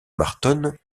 marton